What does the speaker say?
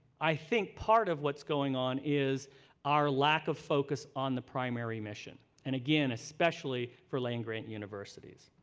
i think part of what's going on is our lack of focus on the primary mission. and again, especially for land-grant universities.